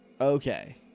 okay